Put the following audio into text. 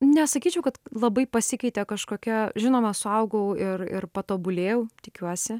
nesakyčiau kad labai pasikeitė kažkokia žinoma suaugau ir ir patobulėjau tikiuosi